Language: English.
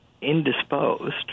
indisposed